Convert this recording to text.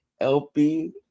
LP